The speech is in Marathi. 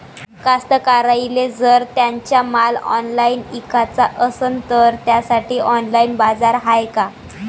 कास्तकाराइले जर त्यांचा माल ऑनलाइन इकाचा असन तर त्यासाठी ऑनलाइन बाजार हाय का?